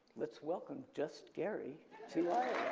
let's welcome just gerry to iowa.